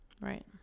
Right